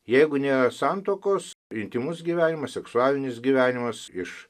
jeigu nėra santuokos intymus gyvenimas seksualinis gyvenimas iš